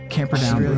Camperdown